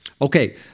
Okay